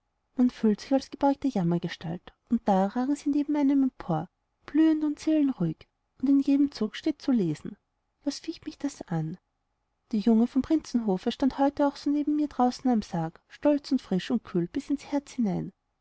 man fühlt sich als gebeugte jammergestalt und da ragen sie neben einem empor blühend und seelenruhig und in jedem zuge steht zu lesen was ficht mich das an die junge vom prinzenhofe stand heute auch so neben mir draußen am sarge stolz und frisch und kühl bis ins herz hinein